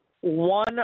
one